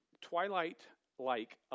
twilight-like